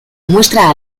muestra